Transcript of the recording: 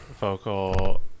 vocal